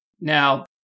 Now